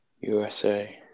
USA